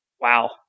Wow